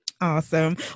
Awesome